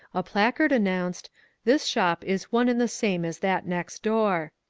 a placard an nounced this shop is one and the same as that next door.